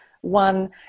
one